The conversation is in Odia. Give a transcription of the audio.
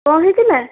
କ'ଣ ହୋଇଥିଲା